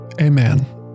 Amen